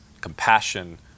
compassion